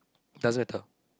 it doesn't matter